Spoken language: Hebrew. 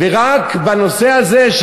ורק בנושא הזה,